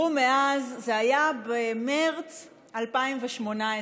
זה היה במרץ 2018,